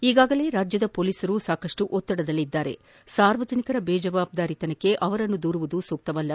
ಈಗಾಗಲೇ ರಾಜ್ಯದ ಪೊಲೀಸರು ಸಾಕಷ್ಟು ಒತ್ತಡದಲ್ಲಿದ್ದು ಸಾರ್ವಜನಿಕರ ಬೇಜವಾಬ್ದಾರಿತನಕ್ಕೆ ಅವರನ್ನು ದೂರುವುದು ಸೂಕ್ತವಲ್ಲ